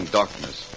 darkness